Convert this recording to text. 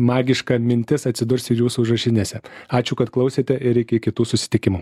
magiška mintis atsidurs ir jūsų užrašinėse ačiū kad klausėte ir iki kitų susitikimų